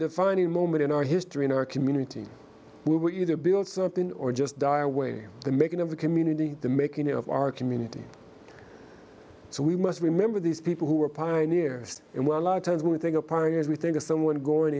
defining moment in our history in our community we were either build something or just die away or the making of the community the making of our community so we must remember these people who were pioneers and well a lot of times when we think of pioneers we think of someone going